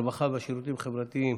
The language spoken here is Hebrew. הרווחה והשירותים החברתיים